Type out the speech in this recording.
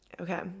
Okay